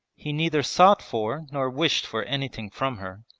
he neither sought for nor wished for anything from her,